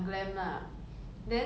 send 去一个 senior